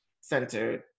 centered